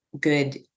good